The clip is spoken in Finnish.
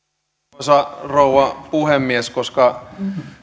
arvoisa rouva puhemies